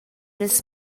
las